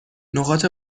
نقاط